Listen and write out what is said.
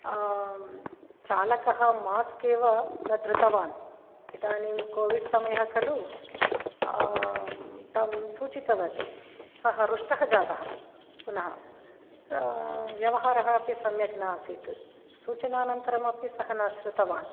चालकः मास्क् एव न धृतवान् इदानीं कोविड् समयः खलु तं सूचितवति सः रुष्टः जातः पुनः व्यवहारः अपि सम्यक् न आसीत् सूचनानन्तरं अपि सः न शृतवान्